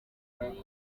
mbiri